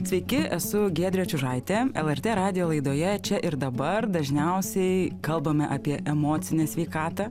sveiki esu giedrė čiužaitė lrt radijo laidoje čia ir dabar dažniausiai kalbame apie emocinę sveikatą